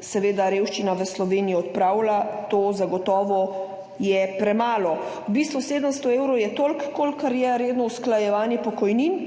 seveda revščina v Sloveniji odpravila, to zagotovo je premalo. V bistvu 700 evrov je toliko, kolikor je redno usklajevanje pokojnin,